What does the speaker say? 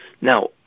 Now